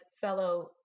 fellow